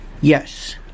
Yes